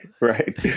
right